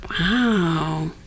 Wow